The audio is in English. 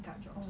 guard jobs